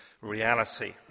reality